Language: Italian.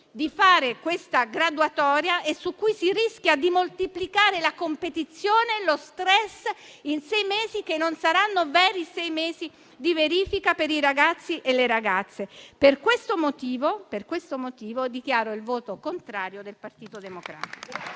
di fare la graduatoria e su cui si rischia di moltiplicare la competizione e lo stress, in sei mesi che non saranno sei veri mesi di verifica per i ragazzi e le ragazze. Per questo motivo, dichiaro il voto contrario del Partito Democratico.